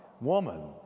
woman